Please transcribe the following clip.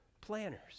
planners